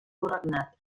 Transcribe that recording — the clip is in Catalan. regnat